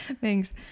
Thanks